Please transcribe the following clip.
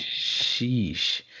Sheesh